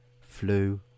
flew